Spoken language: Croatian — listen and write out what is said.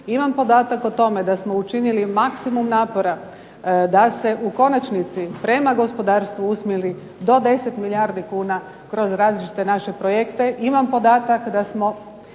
Imam podatak o tome da smo učinili maksimum napora da se u konačnici prema gospodarstvu usmjeri do 10 milijardi kuna kroz različite naše projekte. Imam podatak da smo